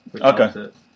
Okay